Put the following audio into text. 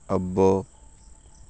అబ్బో